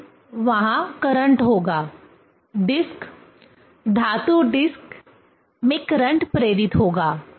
फिर वहां करंट होगा डिस्क धातु डिस्क में करंट प्रेरित होगा